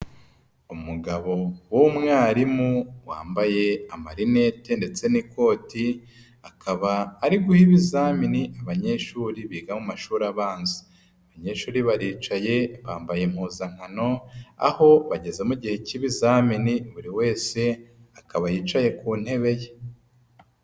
Umugabo w'umwarimu wambaye amarinete ndetse n'ikoti, akaba ari guha ibizamini abanyeshuri biga mu mashuri abanza. Abanyeshuri baricaye bambaye impuzankano, aho bageze mu gihe k'ibizamini, buri wese akaba yicaye ku ntebe ye.